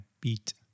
beat